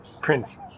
Prince